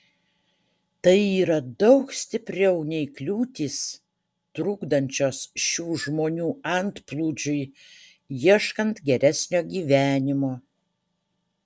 tai yra daug stipriau nei kliūtys trukdančios šių žmonių antplūdžiui ieškant geresnio gyvenimo